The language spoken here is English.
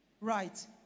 Right